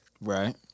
Right